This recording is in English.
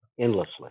endlessly